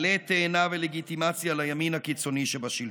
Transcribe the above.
עלה תאנה ולגיטימציה לימין הקיצוני שבשלטון.